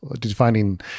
defining